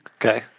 Okay